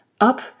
Up